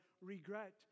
regret